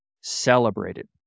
celebrated